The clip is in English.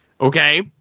Okay